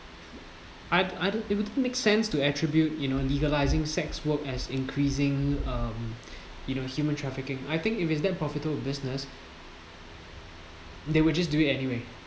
I'd I'd it wouldn't make sense to attribute in legalising sex work as increasing um you know human trafficking I think if it's that profitable business they were just do it anyway